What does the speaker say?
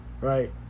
right